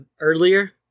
earlier